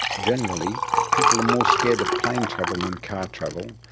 generally, people are more scared of plane travel than car travel,